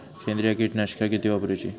सेंद्रिय कीटकनाशका किती वापरूची?